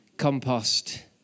compost